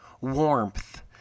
Warmth